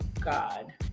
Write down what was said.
God